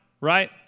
right